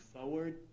forward